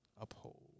uphold